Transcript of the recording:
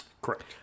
Correct